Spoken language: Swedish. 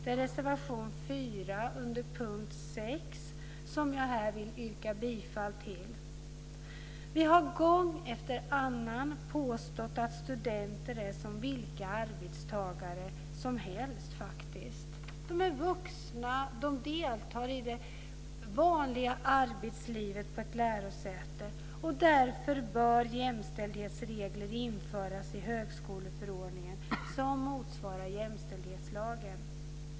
Det är reservation 4 under punkt 6, som jag här vill yrka bifall till. Vi har gång efter annan påstått att studenter är som vilka arbetstagare som helst. De är vuxna, de deltar i det vanliga arbetslivet på ett lärosäte. Därför bör jämställdhetsregler införas i högskoleförordningen som motsvarar jämställdhetslagen.